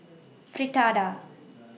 Fritada